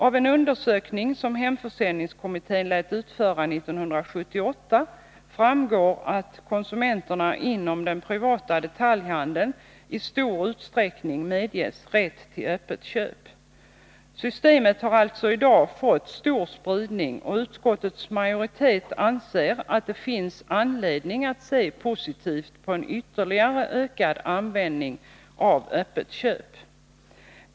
Av en undersökning som hemförsäljningskommittén lät utföra 15 december 1981 1978 framgår att konsumenterna inom den privata detaljhandeln i stor utsträckning medges rätt till öppet köp. Upprättande av Systemet har alltså i dag fått stor spridning, och utskottets majoritet anser — en toxikologisk att det finns anledning att se positivt på en ytterligare ökad användning av informationsseröppet köp.